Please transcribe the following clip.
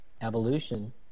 evolution